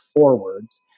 forwards